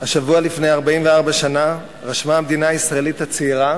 השבוע לפני 44 שנה רשמה המדינה הישראלית הצעירה